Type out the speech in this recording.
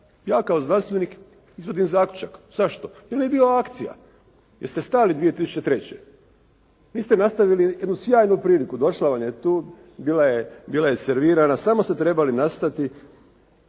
Ja kao znanstvenik izvodim zaključak zašto? Jel je bila akcija? Jeste stali 2003.? Vi ste nastavili jednu sjajnu priliku. Došla vam je tu, bila je servirana. Samo ste trebali nastaviti.